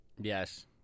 Yes